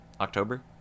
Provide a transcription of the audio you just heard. october